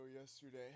yesterday